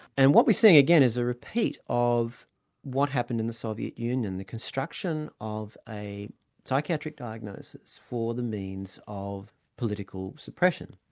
and what we're seeing again is a repeat of what happened in the soviet union, the construction of a psychiatric diagnosis for the means of political suppression.